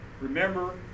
Remember